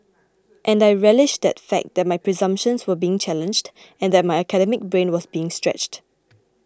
and I relished that fact that my presumptions were being challenged and that my academic brain was being stretched